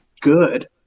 good